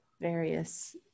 various